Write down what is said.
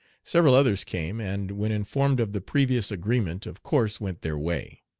several others came, and, when informed of the previous agreement, of course went their way.